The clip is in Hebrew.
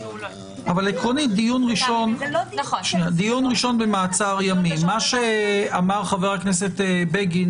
דיון ראשון במעצר ימים מה שאמרו חברי הכנסת בגין